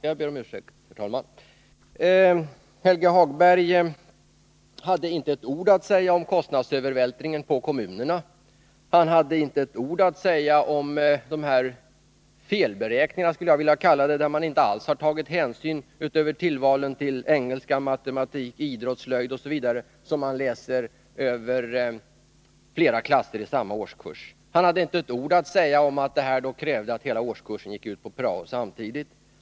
Jag ber om ursäkt, herr talman. Helge Hagberg hade inte ett ord att säga om kostnadsövervältringen på kommunerna. Han hade inte ett ord att säga om vad jag skulle vilja kalla felberäkningarna, då man inte alls har tagit hänsyn till någonting utöver tillvalen i engelska, matematik, idrott, slöjd osv., som man läser över flera klasser i samma årskurs. Han hade inte ett ord att säga om att detta krävde att hela årskursen gick ut i prao samtidigt.